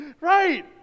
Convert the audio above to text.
Right